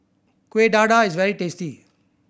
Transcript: Kuih Dadar is very tasty